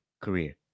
career